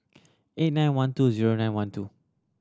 eight nine one two zero nine one two